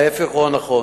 רצוני לשאול: